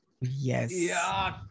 Yes